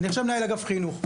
אני עכשיו מנהל אגף חינוך,